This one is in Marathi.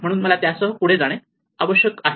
म्हणून मला त्यासह पुढे जाणे आवश्यक आहे